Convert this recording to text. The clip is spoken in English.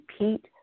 repeat